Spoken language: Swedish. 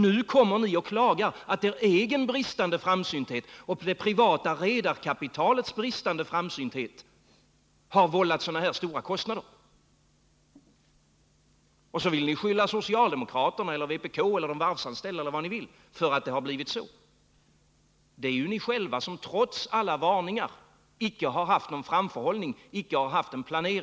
Nu kommer ni och beklagar att er egen bristande framsynthet och det privata redarkapitalets bristande framsynthet har vållat så stora kostnader. Och så vill ni skylla socialdemokraterna eller vpk eller de varvsanställda eller vad ni kan hitta på för att det har blivit så. Det är ju ni själva som trots alla varningar icke har haft någon framförhållning, icke har haft en planering.